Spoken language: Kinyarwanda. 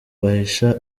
bahisha